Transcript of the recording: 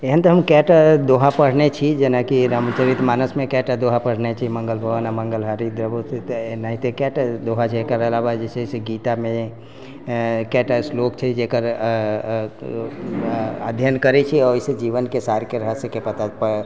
एहन तऽ हम कएक टा दोहा पढ़ने छी जेनाकि रामचरित मानसमे कएटा दोहा पढ़ने छी मङ्गल भवन अमङ्गल हारी द्रबहुँ से एनाहिते कएटा दोहा छै एकर अलावा जे छै से गीतामे कएटा श्लोक छै जकर अऽ अध्ययन करै छै आओर ओइसँ जीवनके सारके रहस्यकेँ पता चलै छै